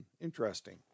interesting